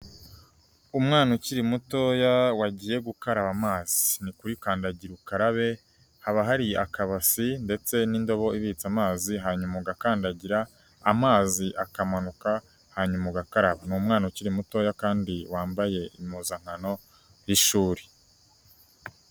Umwana ukiri mutoya wagiye gukaraba amazi, ni kuri kandagira ukarabe haba hari akabasi ndetse n'indobo ibitse amazi hanyuma ugakandagira amazi akamanuka hanyuma ugakaraba, ni umwana ukiri mutoya kandi wambaye impuzankano y'ishuri